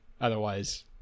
otherwise